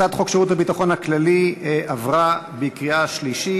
הצעת חוק שירות הביטחון הכללי (תיקון מס' 2) עברה בקריאה שלישית.